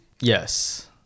yes